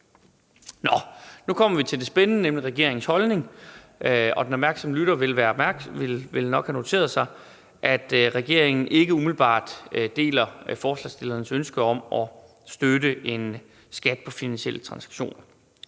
nu kommer vi til det spændende, nemlig regeringens holdning, og den opmærksomme lytter vil nok have noteret sig, at regeringen ikke umiddelbart deler forslagsstillernes ønske om at støtte en skat på finansielle transaktioner.